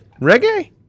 Reggae